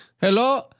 Hello